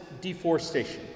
deforestation